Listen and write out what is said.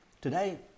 Today